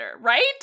right